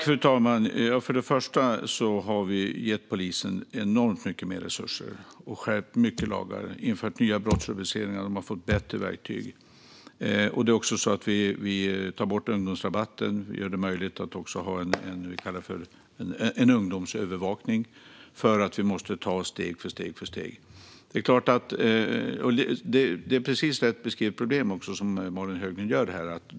Fru talman! Vi har gett polisen enormt mycket mer resurser. Vi har skärpt många lagar och infört nya brottsrubriceringar. Polisen har också fått bättre verktyg. Vi tar också bort ungdomsrabatten och gör det möjligt med det vi kallar ungdomsövervakning. Vi måste ta det steg för steg. Malin Höglund beskriver problemet precis rätt.